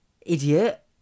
Idiot